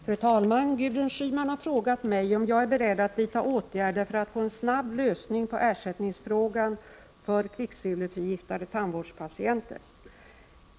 Fru talman! Gudrun Schyman har frågat mig om jag är beredd att vidta åtgärder för att få en snabb lösning på ersättningsfrågan för kvicksilverförgiftade tandvårdspatienter.